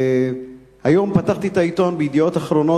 היום פתחתי את העיתון "ידיעות אחרונות",